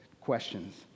questions